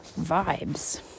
vibes